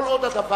כל עוד הדבר